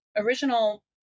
original